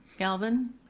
galvin?